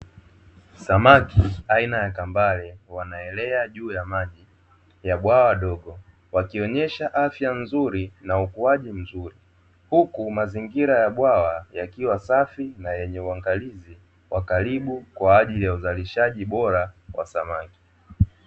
Samaki aina ya kambare wanaelea juu ya maji ya bwawa dogo wakionyesha afya nzuri na ukuaji mzuri, huku mazingira ya bwawa yakiwa safi na yenye uangalizi wa karibu kwa ajili ya uzalishaji bora wa samaki.